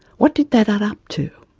what did that add up to?